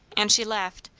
and she laughed.